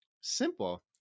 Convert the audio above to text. simple